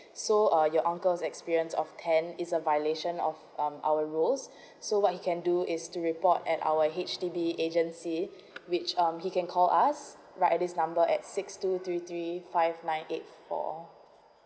so uh your uncle's experience of ten is a violation of um our rules so what you can do is to report at our H_D_B agency which um he can call us right at this number at six two three three five nine eight four